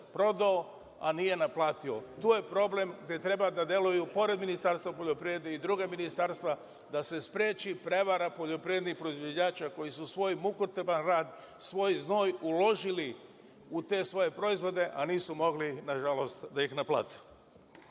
a nije naplatio. Tu je problem gde treba da deluju, pored Ministarstva poljoprivrede, i druga ministarstva, da se spreči prevara poljoprivrednih proizvođača, koji su svoj mukotrpan rad, svoj znoj uložili u te svoje proizvode, a nisu mogli, nažalost, da ih naplate. Ono